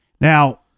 now